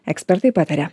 ekspertai pataria